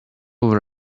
over